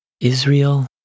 Israel